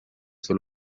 son